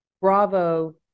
Bravo